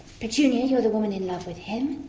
petunia, you're the woman in love with him.